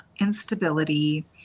instability